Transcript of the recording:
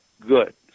good